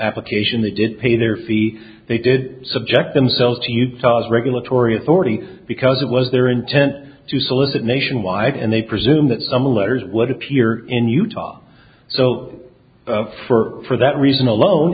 application they did pay their fee they did subject themselves to utah's regulatory authority because it was their intent to solicit nationwide and they presume that some letters would appear in utah so for that reason alone